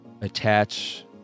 attach